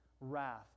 wrath